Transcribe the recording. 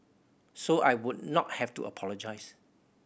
so I would not have to apologise